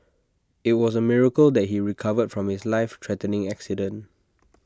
IT was A miracle that he recovered from his life threatening accident